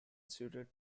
suited